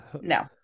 no